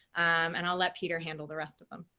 and i'll let peter handle the rest of them,